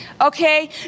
okay